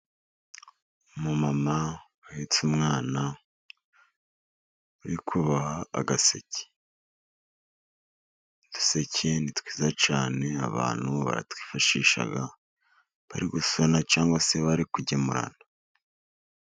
Umumama uhetse umwana, uri kuboha agaseke. Uduseke ni twiza cyane, abantu baratwifashisha bari gusana cyangwa se bari kugemura.